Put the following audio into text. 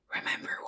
Remember